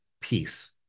peace